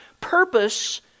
purpose